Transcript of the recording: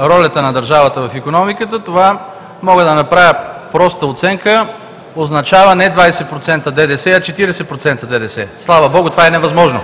ролята на държавата в икономиката, това – мога да направя проста оценка – означава не 20% ДДС, а 40% ДДС. Слава богу, това е невъзможно.